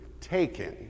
taken